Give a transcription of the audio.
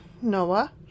Noah